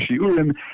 shiurim